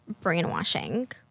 brainwashing